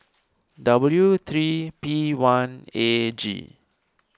W three P one A G